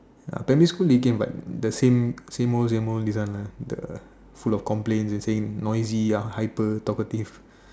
uh primary school they came but the same same old same old this one lah the full of complaints they saying noisy you are hyper talkative